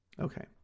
Okay